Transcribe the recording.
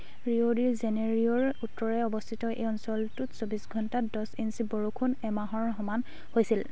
Rio de জেনেৰিঅ'ৰ উত্তৰে অৱস্থিত এই অঞ্চলটোত চৌবিছ ঘণ্টাত দছ ইঞ্চি বৰষুণ এমাহৰ সমান হৈছিল